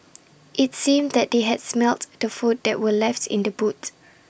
IT seemed that they had smelt the food that were left in the boot